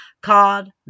called